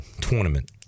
tournament